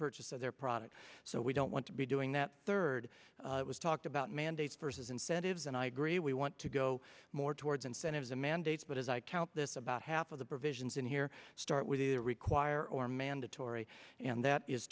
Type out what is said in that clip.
purchase of their product so we don't want to be doing that third was talked about mandates versus incentives and i agree we want to go more towards incentives and mandates but as i count this about half of the provisions in here start with the require or mandatory and that is